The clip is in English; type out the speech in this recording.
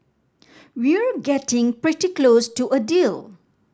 we're getting pretty close to a deal